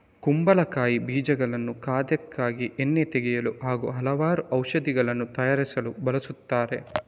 ಕುಂಬಳಕಾಯಿ ಬೀಜಗಳನ್ನು ಖಾದ್ಯಕ್ಕಾಗಿ, ಎಣ್ಣೆ ತೆಗೆಯಲು ಹಾಗೂ ಹಲವಾರು ಔಷಧಿಗಳನ್ನು ತಯಾರಿಸಲು ಬಳಸುತ್ತಾರೆ